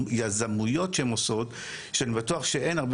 והיזמויות שהן עושות שאני בטוח שהן הרבה